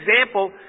example